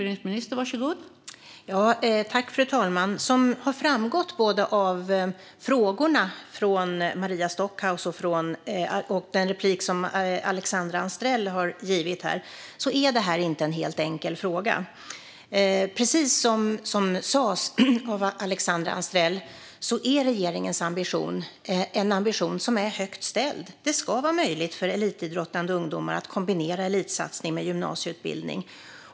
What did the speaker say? Fru talman! Som har framgått av frågorna från Maria Stockhaus och inlägget från Alexandra Anstrell är detta inte helt enkelt. Precis som Alexandra Anstrell sa är regeringens ambition högt ställd. Det ska vara möjligt för elitidrottande ungdomar att kombinera elitsatsning med gymnasieutbildning.